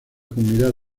comunidad